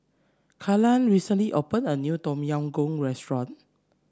Kaylan recently opened a new Tom Yam Goong restaurant